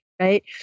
right